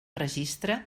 registre